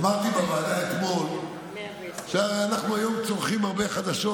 אתמול אמרתי בוועדה שהיום אנחנו צורכים הרבה חדשות.